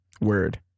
Word